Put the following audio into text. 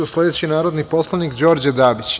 Sledeći narodni poslanik Đorđe Dabić.